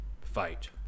fight